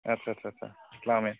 आटसा सा सा लामाया